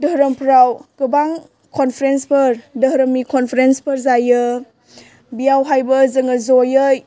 दोहोरोमफ्राव गोबां कन्फारेन्सफोर दोहोरोमनि कन्फारेन्सफोर जायो बियावहायबो जोङो ज'यै